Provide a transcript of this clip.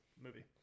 movie